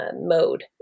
mode